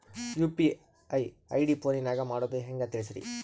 UPI ID ಫೋನಿನಾಗ ಮಾಡೋದು ಹೆಂಗ ತಿಳಿಸ್ರಿ?